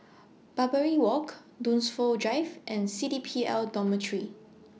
Barbary Walk Dunsfold Drive and C D P L Dormitory